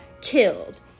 Killed